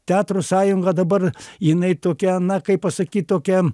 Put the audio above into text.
teatro sąjunga dabar jinai tokia na kaip pasakyt tokia